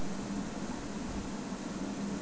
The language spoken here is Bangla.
আমি ইউ.পি.আই কোড কিভাবে বানাব?